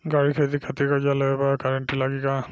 गाड़ी खरीदे खातिर कर्जा लेवे ला भी गारंटी लागी का?